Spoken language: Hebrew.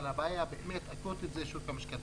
אבל הבעיה האקוטית באמת זה שוק המשכנתאות.